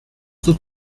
sus